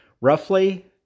roughly